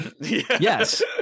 yes